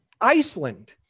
Iceland